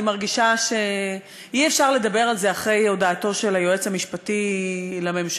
אני מרגישה שאי-אפשר לדבר על זה אחרי הודעתו של היועץ המשפטי לממשלה,